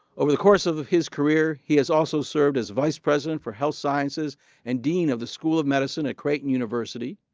over the course of of his career, he has also served as vice president for health sciences and dean of the school of medicine at creighton university,